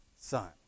son